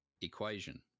equation